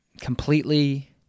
completely